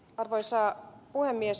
arvoisa puhemies